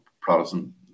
Protestant